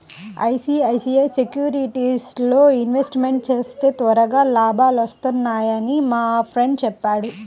ICICI సెక్యూరిటీస్లో investment చేస్తే త్వరగా లాభాలొత్తన్నయ్యని మా ఫ్రెండు చెప్పాడు